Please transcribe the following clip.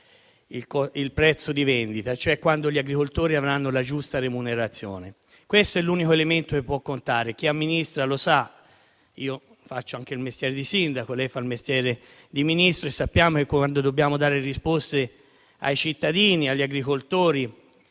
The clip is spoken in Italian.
al prezzo di vendita, cioè quando gli agricoltori avranno la giusta remunerazione: questo è l'unico elemento che può contare. Chi amministra lo sa: io faccio anche il mestiere di sindaco e lei fa il mestiere di Ministro, e sappiamo che quando dobbiamo dare risposte ai cittadini, agli agricoltori,